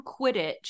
quidditch